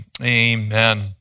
amen